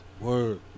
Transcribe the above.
word